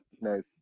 Nice